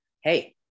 hey